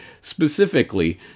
specifically